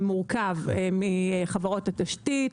מחברות התשתית.